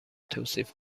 توصیف